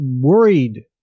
worried